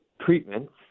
treatments